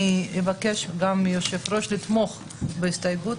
אני אבקש גם מיושב הראש לתמוך בהסתייגות הזאת.